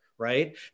right